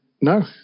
no